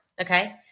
okay